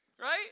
Right